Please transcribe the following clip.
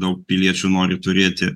daug piliečių nori turėti